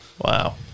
Wow